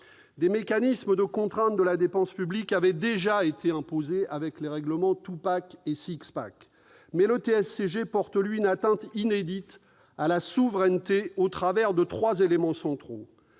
Des mécanismes de contrainte de la dépense publique avaient déjà été imposés avec les règlements et. Mais le TSCG porte, lui, une atteinte inédite à la souveraineté, au travers de trois éléments centraux